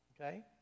okay